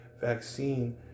vaccine